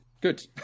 good